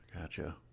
Gotcha